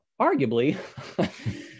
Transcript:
arguably